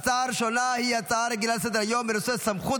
ההצעה הראשונה היא הצעה רגילה לסדר-היום בנושא: סמכות